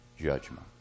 judgment